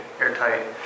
airtight